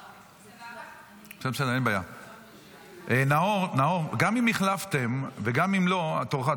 נאור, גם אם החלפתם וגם אם לא, תורך.